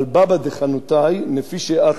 על בבא דחנותאי רב